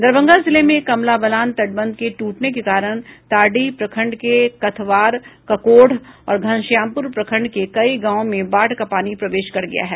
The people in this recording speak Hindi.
दरभंगा जिले में कमला बलान तटबंध के टूटने के कारण तारडीह प्रखंड के कथवार ककोढ़ और घनश्यामपुर प्रखंड के कई गाँवों में बाढ़ का पानी प्रवेश कर गया है